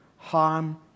Harm